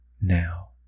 now